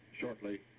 shortly